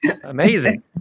Amazing